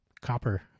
copper